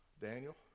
Daniel